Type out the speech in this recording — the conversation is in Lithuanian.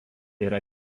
yra